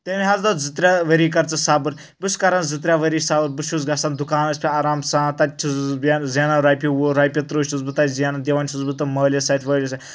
تٔمۍ حظ دوٚپ زٕ ترٛےٚ ؤری کَر ژٕ صبر بہٕ چھُس کَران زٕ ترٛےٚ ؤری صبر بہٕ چھُس گژھان دُکانَس پیٹھ آرام سان تتہِ چھُس بہٕ زینان رۄپیہِ وُہ رۄپیہِ تٕرٕٛہ چھُس بہٕ تَتہِ زینان دِون چھُس بہٕ تِم مٲلِس اتھِ وألس اتھِ